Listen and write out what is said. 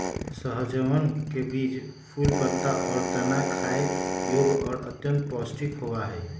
सहजनवन के बीज, फूल, पत्ता, और तना खाय योग्य और अत्यंत पौष्टिक होबा हई